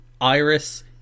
Iris